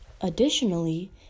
Additionally